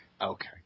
Okay